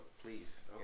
please